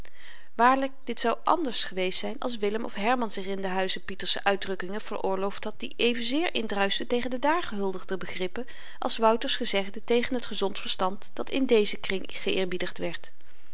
waarlyk dit zou ànders geweest zyn als willem of herman zich in den huize pieterse uitdrukkingen veroorloofd had die evenzeer indruisten tegen de dààr gehuldigde begrippen als wouters gezegde tegen t gezond verstand dat in dézen kring geëerbiedigd werd